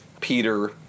Peter